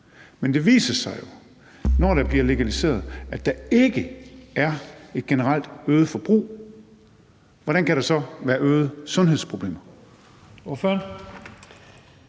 Men det viser sig jo, når det bliver legaliseret, at der ikke er et generelt øget forbrug. Hvordan kan der så være øgede sundhedsproblemer?